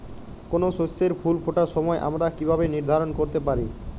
কোনো শস্যের ফুল ফোটার সময় আমরা কীভাবে নির্ধারন করতে পারি?